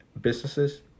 businesses